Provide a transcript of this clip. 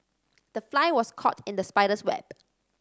the fly was caught in the spider's web